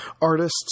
artists